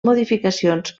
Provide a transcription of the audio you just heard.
modificacions